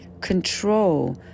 control